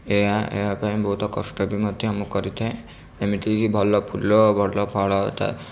ଏହା ଏହାପାଇଁ ବହୁତ କଷ୍ଟ ବି ମୁଁ ମଧ୍ୟ କରିଥାଏ ଏମିତି କି ଭଲ ଫୁଲ ଭଲ ଫଳ